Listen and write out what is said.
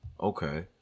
okay